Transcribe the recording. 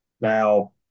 Now